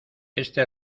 este